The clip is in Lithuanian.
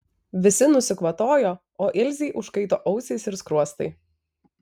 visi nusikvatojo o ilzei užkaito ausys ir skruostai